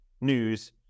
news